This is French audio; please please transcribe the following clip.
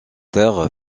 terre